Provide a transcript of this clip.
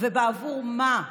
בעבור מה?